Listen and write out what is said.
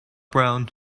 brown